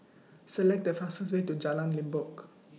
Select The fastest Way to Jalan Limbok